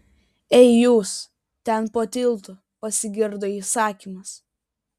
ei jūs ten po tiltu pasigirdo įsakymas